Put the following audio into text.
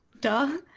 duh